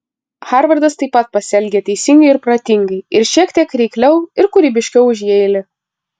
harvardas taip pat pasielgė teisingai ir protingai ir šiek tiek reikliau ir kūrybiškiau už jeilį